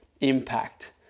impact